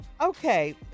Okay